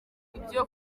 ibyo